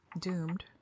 doomed